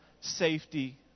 safety